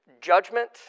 judgment